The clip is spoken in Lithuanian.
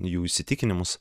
jų įsitikinimus